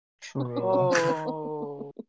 True